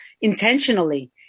intentionally